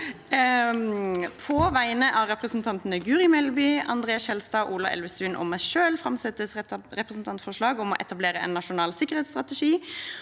På vegne av representantene Guri Melby, André N. Skjelstad, Ola Elvestuen og meg selv framsetter jeg et representantforslag om å etablere en nasjonal sikkerhetsstrategi,